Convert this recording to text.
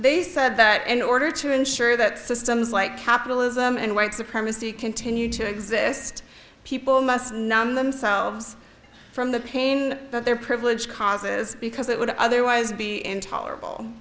they said that in order to ensure that systems like capitalism and white supremacy continue to exist people must numb themselves from the pain that their privilege causes because that would otherwise be intolerable